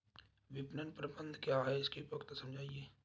विपणन प्रबंधन क्या है इसकी उपयोगिता समझाइए?